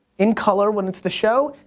in color when it's the show.